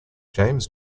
james